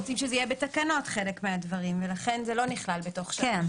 אתם רוצים שחלק מהדברים יהיו בתקנות ולכן זה לא נכלל בתוך (3).